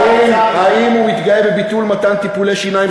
אתה לא עשית שיעורי בית, צר לי.